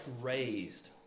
raised